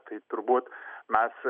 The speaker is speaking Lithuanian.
tai turbūt mes